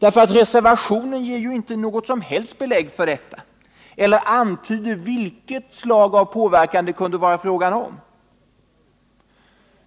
Reservationen ger inte något som helst belägg för detta. Den ger ingen antydan om vilket slag av påverkan det skulle ha handlat om.